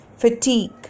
fatigue